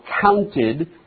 counted